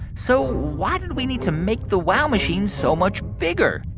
so why did we need to make the wow machine so much bigger?